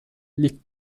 league